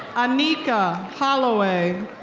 anica holloway.